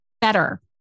better